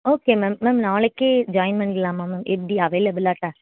okay ma'am ma'am நாளைக்கே join பண்ணிக்கலாமா ma'am எப்படி அவைலபுளாட்டா